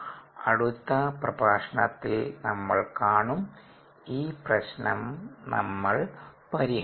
അടുത്ത പ്രഭാഷണത്തിൽ നമ്മൾ കാണും ഈ പ്രശ്നം നമ്മൾ പരിഹരിക്കും